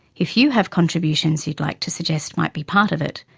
if you have contributions you'd like to suggest might be part of it,